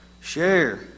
Share